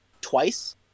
twice